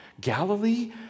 Galilee